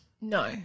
No